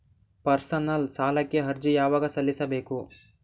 Personal ಸಾಲಕ್ಕೆ ಅರ್ಜಿ ಯವಾಗ ಸಲ್ಲಿಸಬೇಕು?